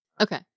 okay